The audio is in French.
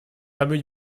fameux